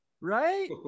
right